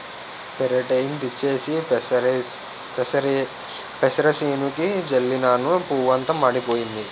పెరాటేయిన్ తెచ్చేసి పెసరసేనుకి జల్లినను పువ్వంతా మాడిపోయింది